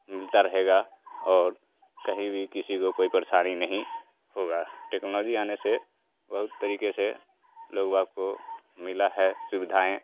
मिलता रहेगा और कही भी किसी को परेशानी नहीं होगी टेक्नोलॉजी आने से बहुत तरीक़े से लोग आपको मिली है सुविधाएँ